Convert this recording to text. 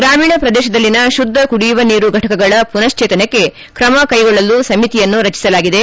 ಗ್ರಾಮೀಣ ಪ್ರದೇಶದಲ್ಲಿನ ಶುದ್ದ ಕುಡಿಯುವ ನೀರು ಫಟಕಗಳ ಪುನಶ್ಚೇತನಕ್ಕೆ ಕ್ರಮ ಕೈಗೊಳ್ಳಲು ಸಮಿತಿಯನ್ನು ರಚಿಸಲಾಗಿದೆ